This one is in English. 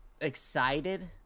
Excited